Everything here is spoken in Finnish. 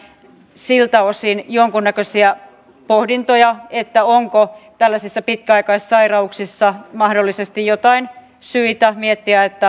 siltä osin jonkunnäköisiä pohdintoja onko tällaisissa pitkäaikaissairauksissa mahdollisesti joitain syitä miettiä